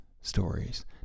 stories